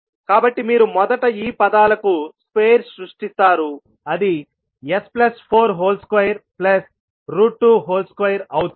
కాబట్టి మీరు మొదట ఈ పదాలకు స్క్వేర్ సృష్టిస్తారు అది s422అవుతుంది